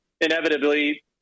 inevitably